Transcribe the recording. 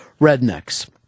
rednecks